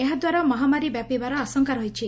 ଏହାଦ୍ୱାରା ମହାମାରି ବ୍ୟାପିବାର ଆଶଙ୍କା ରହିଛି